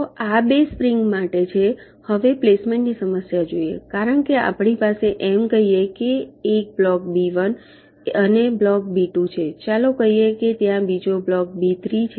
તો આ બે સ્પ્રિંગ માટે છે હવે પ્લેસમેન્ટ ની સમસ્યા જોઈએ કારણ કે આપણી પાસે એમ કહીયે કે એક બ્લોક બી 1 અને બ્લોક બી 2 છે ચાલો કહી શકીએ કે ત્યાં બીજો એક બ્લોક બી 3 છે